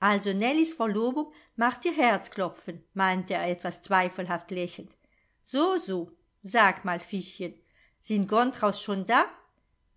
also nellies verlobung macht dir herzklopfen meinte er etwas zweifelhaft lächelnd so so sag mal fischchen sind gontraus schon da